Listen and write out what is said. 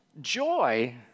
Joy